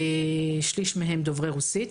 שליש מהם דוברי רוסית.